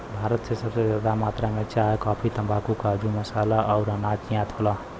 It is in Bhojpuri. भारत से सबसे जादा मात्रा मे चाय, काफी, तम्बाकू, काजू, मसाला अउर अनाज निर्यात होला